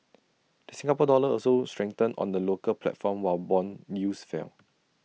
the Singapore dollar also strengthened on the local platform while Bond yields fell